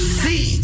see